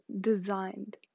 designed